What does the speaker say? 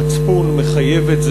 המצפון מחייב את זה.